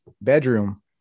bedroom